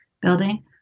building